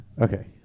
okay